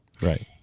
Right